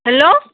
hello